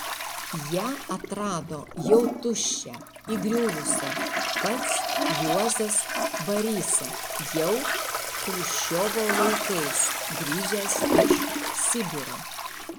ją atrado jau tuščią įgriuvusią pats juozas barisa jau chruščiovo laikais grįžęs iš sibiro